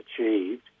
achieved